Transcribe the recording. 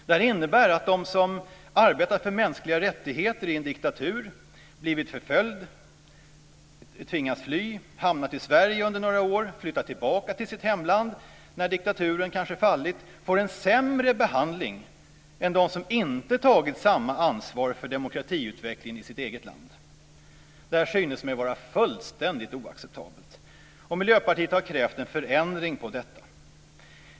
Detta innebär att de som har arbetat för mänskliga rättigheter i en diktatur, blivit förföljda, tvingats fly, hamnat i Sverige under några år och flyttat tillbaka till sitt hemland, kanske sedan diktaturen har fallit, får en sämre behandling än de som inte tagit samma ansvar för demokratiutvecklingen i sitt eget land. Det här synes mig vara fullständigt oacceptabelt, och Miljöpartiet har krävt en förändring på denna punkt.